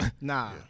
Nah